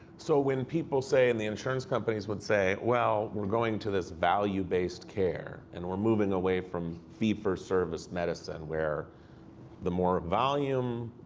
so when people say and the insurance companies would say, well, we're going to this value-based care, and we're moving away from fee-for-service medicine, where the more volume,